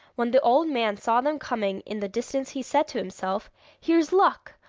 when the old man saw them coming in the distance he said to himself here's luck!